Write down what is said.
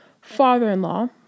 father-in-law